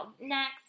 next